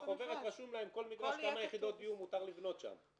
בחוברת רשום להם כל מגרש כמה יחידות דיור מותר לבנות שם.